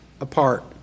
apart